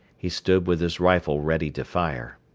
he stood with his rifle ready to fire.